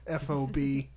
fob